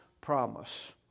promise